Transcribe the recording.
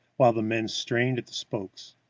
while the men strained at the spokes.